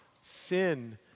sin